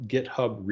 GitHub